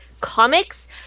comics